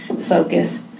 focus